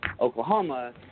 Oklahoma